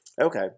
Okay